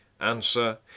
answer